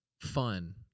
fun